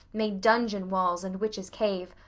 made dungeon walls and witch's cave,